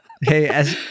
Hey